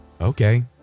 okay